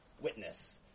witness